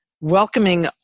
welcoming